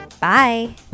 Bye